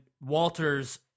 Walters